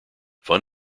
fun